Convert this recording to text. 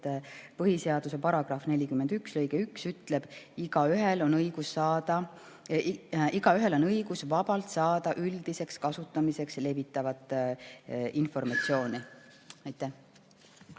põhiseaduse § [44] lõige 1 ütleb: igaühel on õigus vabalt saada üldiseks kasutamiseks levitavat informatsiooni. Aitäh!